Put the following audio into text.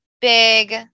big